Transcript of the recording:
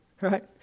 right